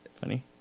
funny